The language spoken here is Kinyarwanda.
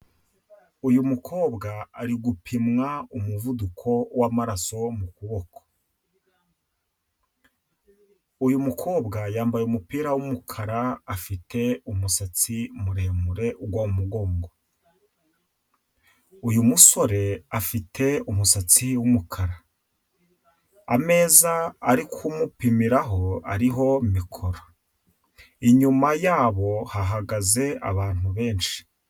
Uyu mukobwa ari gupimwa umuvuduko w'amaraso mu kuboko. Uyu mukobwa yambaye umupira w'umukara afite umusatsi muremure ugwa mu mugongo. Uyu musore afite umusatsi w'umukara. Ameza ari kumupimiraho ariho mikoro. Inyuma yabo hahagaze abantu benshi.